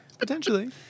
Potentially